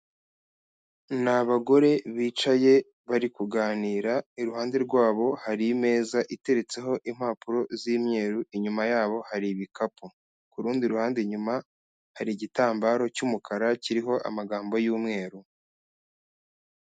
Ni abagore bicaye bari kuganira, iruhande rwabo hari imeza iteretseho impapuro z'imyeru, inyuma yabo hari ibikapu, ku rundi ruhande inyuma hari igitambaro cy'umukara kiriho amagambo y'umweru.